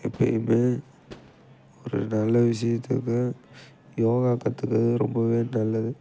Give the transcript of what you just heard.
எப்பயுமே ஒரு நல்ல விஷயத்துக்கு யோகா கற்றுக்கறது ரொம்பவே நல்லது